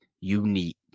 unique